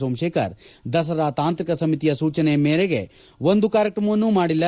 ಸೋಮಶೇಖರ್ ದಸರಾ ತಾಂತ್ರಿಕ ಸಮಿತಿಯ ಸೂಚನೆ ಮೀರಿ ಒಂದು ಕಾರ್ಯತ್ರಮವನ್ನೂ ಮಾಡಿಲ್ಲ